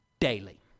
daily